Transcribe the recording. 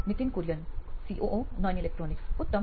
Nithin Kurian COO નોઇન electronics ઉત્તમ